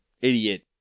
idiot